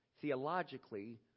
theologically